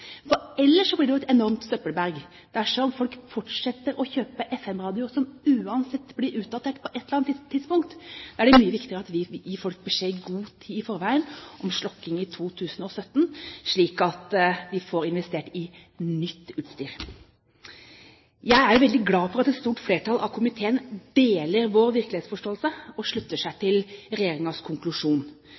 For meg er det viktig at folk vet hva slags radio de skal kjøpe. Det blir jo et enormt søppelberg dersom folk fortsetter å kjøpe FM-radio, som uansett blir utdatert på et eller annet tidspunkt. Da er det mye viktigere at vi gir dem beskjed god tid i forveien om slukking i 2017, slik at de får investert i nytt utstyr. Jeg er jo veldig glad for at et stort flertall i komiteen deler vår virkelighetsforståelse og slutter seg til